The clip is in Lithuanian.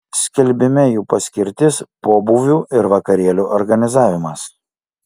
skelbime jų paskirtis pobūvių ir vakarėlių organizavimas